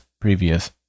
previous